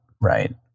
Right